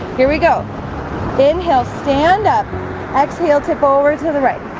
here we go inhale stand up exhale tip over to the right